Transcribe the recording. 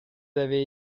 avez